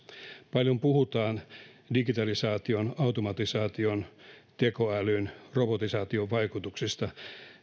paljon puhutaan digitalisaation automatisaation tekoälyn robotisaation vaikutuksista